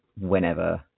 whenever